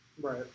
Right